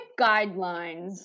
guidelines